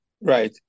Right